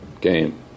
game